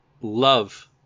love